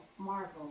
Marvel